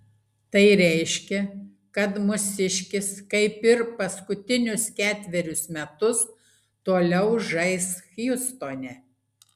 tai reiškia kad mūsiškis kaip ir paskutinius ketverius metus toliau žais hjustone